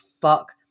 fuck